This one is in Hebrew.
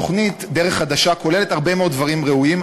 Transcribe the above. התוכנית "דרך חדשה" כוללת הרבה מאוד דברים ראויים,